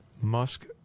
Musk